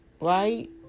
right